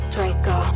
Draco